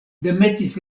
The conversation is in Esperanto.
demetis